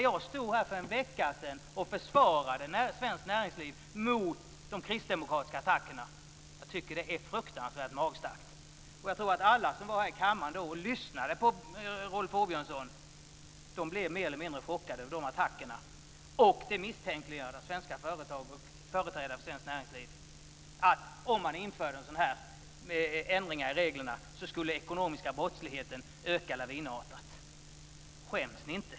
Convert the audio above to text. Jag stod här för en vecka sedan och försvarade svenskt näringsliv mot de kristdemokratiska attackerna. Jag tycker att det är fruktansvärt magstarkt. Jag tror att alla som var här i kammaren och lyssnade på Rolf Åbjörnsson blev mer eller mindre chockade över de attackerna. Det misstänkliggör svenska företag och företrädare för svenskt näringsliv. Om man införde sådana här ändringar i reglerna skulle den ekonomiska brottsligheten öka lavinartat. Skäms ni inte?